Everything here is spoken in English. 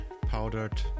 powdered